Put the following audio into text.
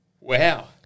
Wow